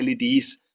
leds